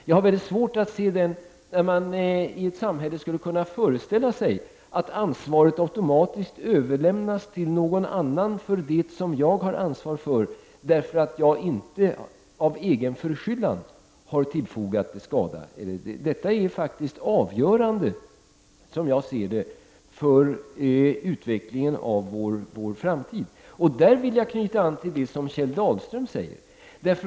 Jag har väldigt svårt att se att man i ett samhälle skulle föreställa sig att det ansvar som jag har automatiskt överläts på någon annan därför att en skada utan min förskyllan har skett. Detta är faktiskt avgörande, som jag ser saken, för utvecklingen i framtiden. I det här sammanhanget vill jag knyta an till det som Kjell Dahlström sade.